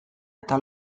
eta